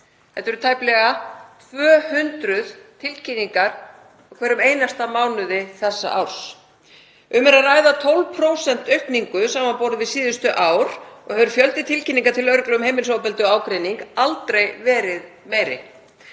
Þetta eru tæplega 200 tilkynningar á hverjum einasta mánuði þessa árs. Um er að ræða 12% aukningu samanborið við síðustu ár og hefur fjöldi tilkynninga til lögreglu um heimilisofbeldi og ágreining aldrei verið meiri.